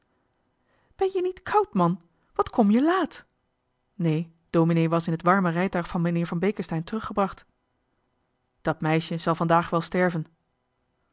ben je niet koud man wat kom je laat neen dominee was in het warme rijtuig van meneer van beeckesteyn teruggebracht dat meisje zal vandaag wel sterven